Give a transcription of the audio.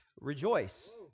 rejoice